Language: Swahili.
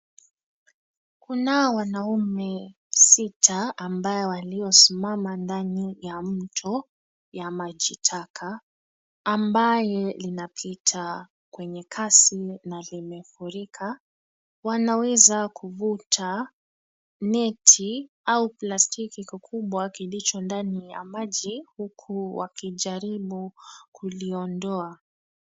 Kunao wanaume sita ambaye waliosimama ndani ya mto wa maji taka ambayo yanapita kwa kasi na yamefurika. Wanaweza kuvuta neti au plastiki kikubwa iliyo ndani ya maji huku wakijaribu kuliondoa.